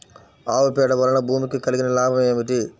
ఆవు పేడ వలన భూమికి కలిగిన లాభం ఏమిటి?